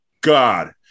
God